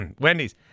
Wendy's